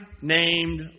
named